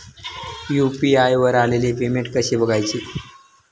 UPI वर आलेले payment कसे बघायचे?